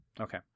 Okay